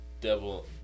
devil